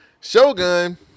Shogun